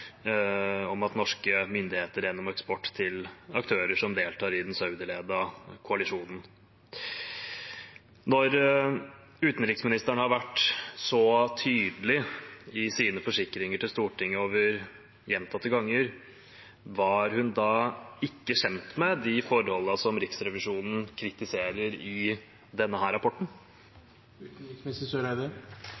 på at norske myndigheter gjennom eksport til aktører som deltar i den saudiledede koalisjonen, utgjør en uakseptabel risiko. Når utenriksministeren har vært så tydelig i sine forsikringer til Stortinget gjentatte ganger, var hun da ikke kjent med de forholdene som Riksrevisjonen kritiserer i denne rapporten?